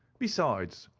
besides,